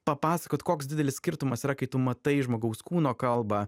papasakot koks didelis skirtumas yra kai tu matai žmogaus kūno kalbą